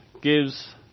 gives